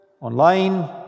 online